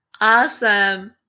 Awesome